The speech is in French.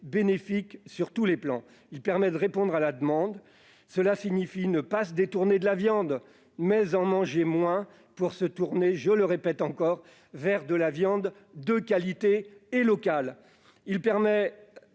bénéfique sur tous les plans. Il permet de répondre à la demande. Cela ne signifie pas se détourner de la viande, mais en manger moins pour se tourner vers de la viande de qualité et locale. Moins